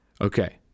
Okay